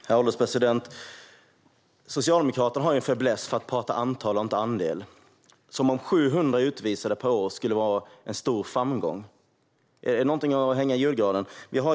Herr ålderspresident! Socialdemokraterna har en fäbless för att prata antal och inte andel - som om 700 utvisade per år skulle vara en stor framgång. Är det något att hänga i julgranen?